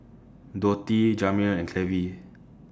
Dotty Jamir and Clevie